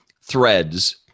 threads